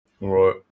Right